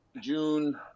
June